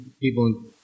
people